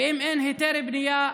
ואם אין היתר בנייה,